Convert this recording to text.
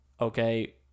Okay